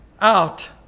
out